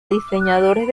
diseñadores